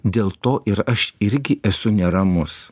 dėl to ir aš irgi esu neramus